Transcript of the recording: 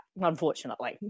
unfortunately